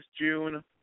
June